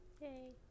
Yay